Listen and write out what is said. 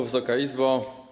Wysoka Izbo!